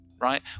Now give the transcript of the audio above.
right